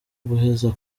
guheza